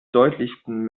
deutlichsten